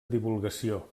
divulgació